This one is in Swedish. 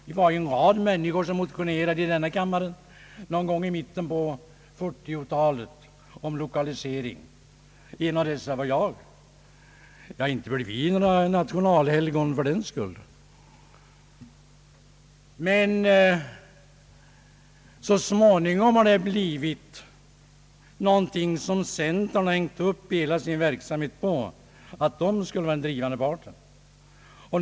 Det var en rad människor som motionerade i denna kammare i mitten på 1940-talet — en av dessa var jag — men inte blev vi några nationalhelgon fördenskull. Så småningom har det emellertid blivit någonting som centern har hängt upp hela sin verksamhet på, att de skulle vara den drivande parten.